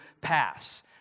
pass